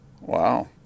Wow